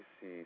see